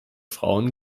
frauen